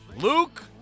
Luke